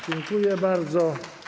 Dziękuję bardzo.